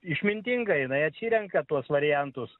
išmintinga jinai atsirenka tuos variantus